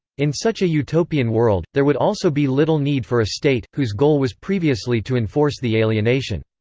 in such a utopian world, there would also be little need for a state, whose goal was previously to enforce the alienation.